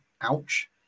Ouch